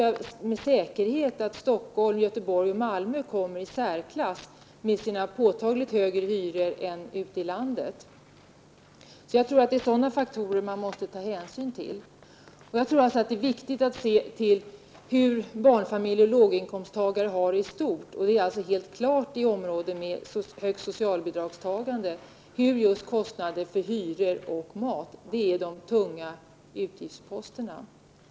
Jag tror att Stockholm, Göteborg och Malmö står i särklass, med påtagligt högre hyror än landet i övrigt. Det är sådana faktorer som måste beaktas. Det är viktigt att se till hur barnfamiljer och låginkomsttagare har det i stort. I grupper med högt socialbidragstagande är det helt klart att det är kostnader för hyror och mat som är de tunga utgiftsposterna.